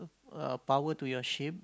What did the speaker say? uh power to your ship